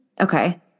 Okay